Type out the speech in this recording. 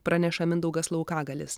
praneša mindaugas laukagalis